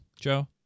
Joe